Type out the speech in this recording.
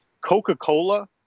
Coca-Cola